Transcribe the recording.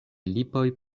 lipoj